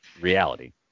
reality